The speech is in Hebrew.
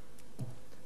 אני רוצה לגעת